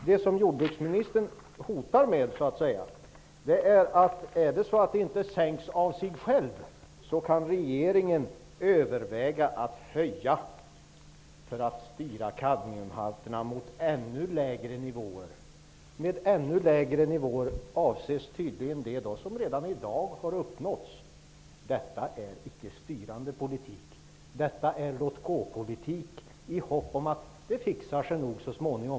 Det som jordbruksministern hotar med är att regeringen, om halterna inte sänks automatiskt, kan överväga att höja avgiften för att styra kadmiumhalterna mot ännu lägre nivåer. Med ännu lägre nivåer avses tydligen det som redan i dag har uppnåtts. Detta är icke styrande politik. Detta är låt-gå-politik. Man hoppas att det nog skall fixa sig så småningom.